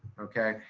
okay?